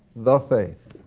the faith.